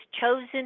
chosen